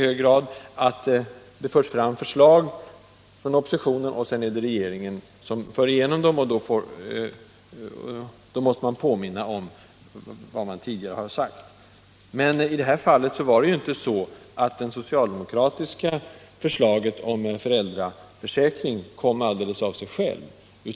Oppositionen för fram förslag som sedan genomförs av regeringen, och då måste oppositionen påminna om vad den tidigare har talat för. Men det socialdemokratiska förslaget om en föräldraförsäkring kom ju inte alldeles av sig självt.